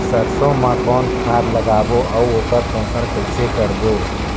सरसो मा कौन खाद लगाबो अउ ओकर पोषण कइसे करबो?